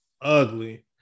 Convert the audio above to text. ugly